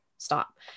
stop